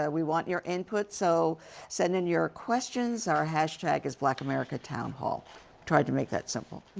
and we want your input. so send in your questions. our hashtag is blackamericatownhall. tried to make that simple.